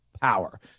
power